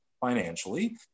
financially